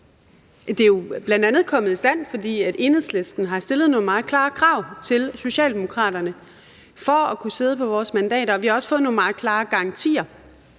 Det er bl.a. kommet i stand, fordi Enhedslisten har stillet nogle meget klare krav til Socialdemokraterne, for at de kan sidde på vores mandater. Vi har også fået nogle meget klare garantier.